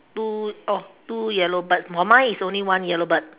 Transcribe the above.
two oh two yellow bird but mine is only one yellow bird